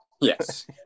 Yes